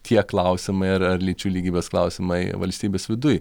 tie klausimai ar ar lyčių lygybės klausimai valstybės viduj